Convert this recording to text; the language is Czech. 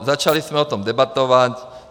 Začali jsme o tom debatovat.